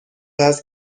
هست